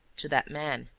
to that man.